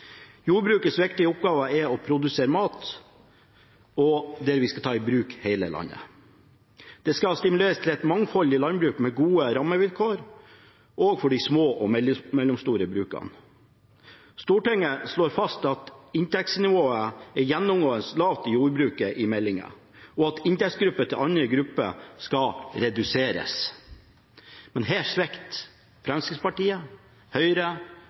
Jordbrukets viktigste oppgaver er å produsere mat og å ta i bruk hele landet. Det skal stimuleres til et mangfoldig landbruk med gode rammevilkår, også for de små og mellomstore brukene. Stortinget slår fast at inntektsnivået er gjennomgående lavt i jordbruket, og at inntektsgapet til andre grupper skal reduseres. Men her svikter Fremskrittspartiet, Høyre